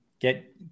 Get